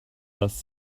das